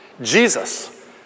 Jesus